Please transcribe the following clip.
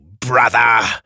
brother